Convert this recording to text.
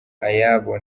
ayabo